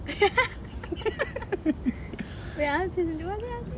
wait ah nanti